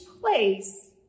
place